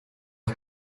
las